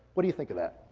what do you think of that?